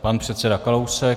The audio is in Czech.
Pan předseda Kalousek.